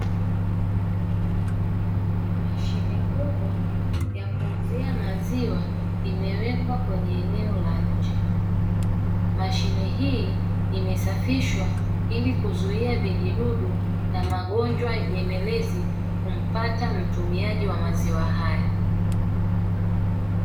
Mashine kubwa ya kuuzia maziwa imewekwa kwenye eneo la nje, mashine hii imesafishwa ili kuzuia vijidudu na magonjwa nyemelezi kumpata mtumiaji wa maziwa haya.